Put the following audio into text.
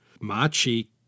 Machi